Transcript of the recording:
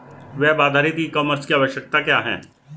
Web आधारित e commerce की आवश्यकता क्या है?